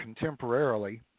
contemporarily